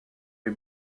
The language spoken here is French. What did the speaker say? les